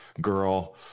girl